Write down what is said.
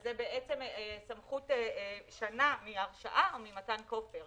שזה שנה מהרשעה או ממתן כופר,